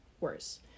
worse